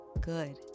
good